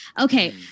Okay